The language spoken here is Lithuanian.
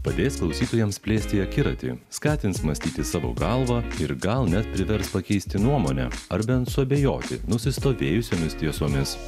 padės klausytojams plėsti akiratį skatins mąstyti savo galva ir gal net privers pakeisti nuomonę ar bent suabejoti nusistovėjusiomis tiesomis